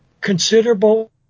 considerable